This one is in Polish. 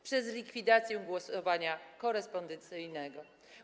przez likwidację głosowania korespondencyjnego.